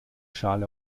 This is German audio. schale